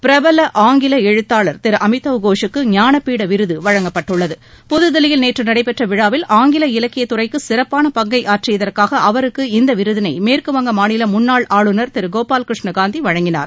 பிரபல ஆங்கில எழுத்தாளர் திரு அமிதவ் கோஷுக்கு ஞானப்பீட விருது வழங்கப்பட்டுள்ளது புதுதில்லியில் நேற்று நடைபெற்ற விழாவில் ஆங்கில இலக்கியத் துறைக்கு சிறப்பான பங்கை ஆற்றியதற்காக அவருக்கு இந்த விருதினை மேற்குவங்க மாநில முன்னாள் ஆளுநர் திரு கோபால்கிருஷ்ண காந்தி வழங்கினார்